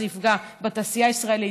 זה יפגע בתעשייה הישראלית,